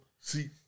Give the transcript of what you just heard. See